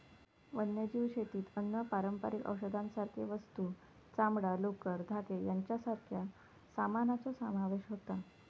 वन्यजीव शेतीत अन्न, पारंपारिक औषधांसारखे वस्तू, चामडां, लोकर, धागे यांच्यासारख्या सामानाचो समावेश होता